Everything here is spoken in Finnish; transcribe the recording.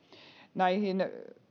näihin